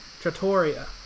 Trattoria